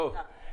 תודה.